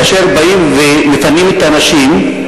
כאשר באים ומפנים את האנשים,